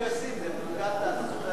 הוא אמר על עצמו, כן.